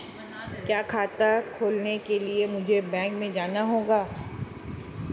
क्या खाता खोलने के लिए मुझे बैंक में जाना होगा?